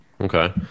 Okay